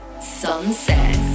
Sunset